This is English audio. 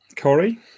Corey